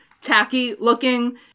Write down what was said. tacky-looking